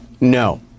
No